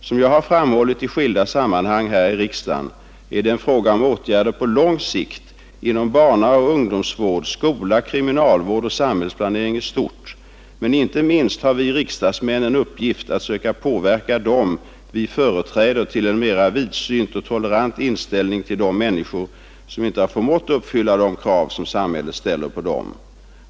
Som jag har framhållit i skilda sammanhang här i riksdagen är det en fråga om åtgärder på lång sikt: inom barnaoch ungdomsvården, skolan, kriminalvården och sam hällsplaneringen i stort. Men inte minst har vi riksdagsmän en uppgift att söka påverka dem vi företräder till en mera vidsynt och tolerant inställning till de människor som inte har förmått att uppfylla de krav som samhället ställer på dem.